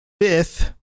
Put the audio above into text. fifth